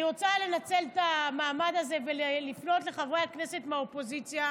אני רוצה לנצל את המעמד הזה ולפנות לחברי הכנסת מהאופוזיציה,